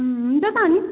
हुन्छ त अनि